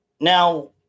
Now